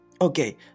Okay